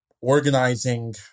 organizing